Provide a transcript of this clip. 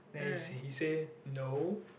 then he say he say no